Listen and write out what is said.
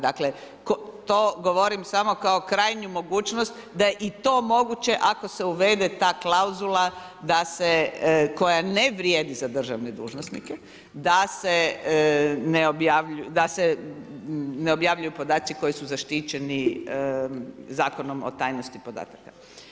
Dakle, to govorim samo kao krajnju mogućnost da je i to moguće ako se uvede ta klauzula koja ne vrijedi za državne dužnosnike da se ne objavljuju podaci koji su zaštićeni Zakonom o tajnosti podataka.